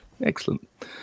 Excellent